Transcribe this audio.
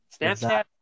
Snapchat